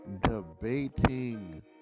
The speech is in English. Debating